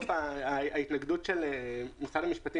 והיא הופעלה ממש בתחילת המשבר.